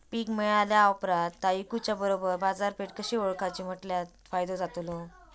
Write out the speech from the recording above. पीक मिळाल्या ऑप्रात ता इकुच्या बरोबर बाजारपेठ कशी ओळखाची म्हटल्या फायदो जातलो?